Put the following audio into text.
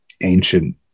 ancient